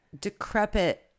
decrepit